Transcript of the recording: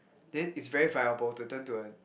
then is very viable to turn to a